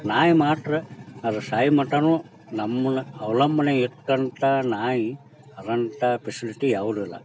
ನಾಯಿ ಮಾಟ್ರ ಅದು ಸಾಯೋ ಮಟ್ಟನೂ ನಮ್ಮನ್ನ ಅವಲಂಬನೆ ಇಟ್ಟಂಥ ನಾಯಿ ಅದ್ರಂಥ ಫೆಸಿಲಿಟಿ ಯಾವುದೂ ಇಲ್ಲ